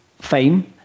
fame